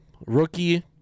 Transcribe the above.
Rookie